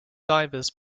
divers